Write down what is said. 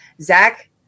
Zach